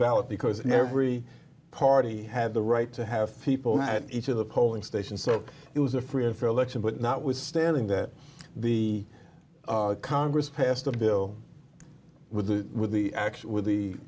ballot because every party had the right to have people that each of the polling stations so it was a free and fair election but not withstanding that the congress passed a bill with the with the act